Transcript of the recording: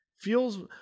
feels